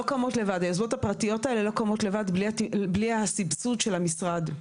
היוזמות הפרטיות לא קמות לבד בלי הסבסוד של המשרד.